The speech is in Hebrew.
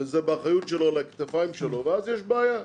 וזה באחריות שלו, על הכתפיים שלו, אז יש בעיה.